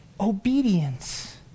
obedience